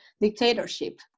dictatorship